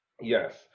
Yes